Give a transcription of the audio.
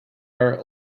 our